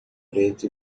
preto